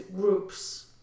groups